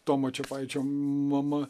tomo čepaičio mama